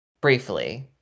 briefly